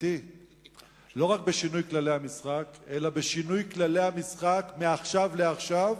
אלא בשינוי כללי המשחק מעכשיו לעכשיו